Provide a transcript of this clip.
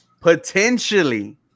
Potentially